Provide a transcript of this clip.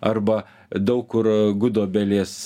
arba daug kur gudobelės